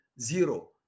zero